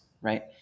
right